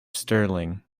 stirling